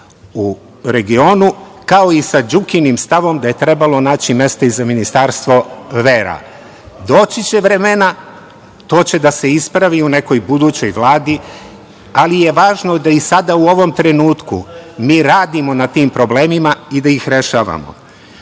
u regionu, kao i sa Đukinim stavom da je trebalo naći mesta i za ministarstvo vera. Doći će vremena, to će da se ispravi u nekoj budućoj Vladi, ali je važno da i sada u ovom trenutku mi radimo na tim problemima i da ih rešavamo. Pred